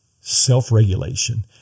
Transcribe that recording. self-regulation